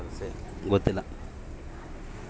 Form ಕೋಳಿಗಳ ಆಹಾರ ಪದ್ಧತಿಯ ವಿಧಾನಗಳ ಬಗ್ಗೆ ವಿವರಿಸಿ?